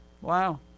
Wow